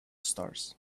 stars